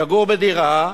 יגור בדירה,